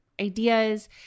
ideas